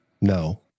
No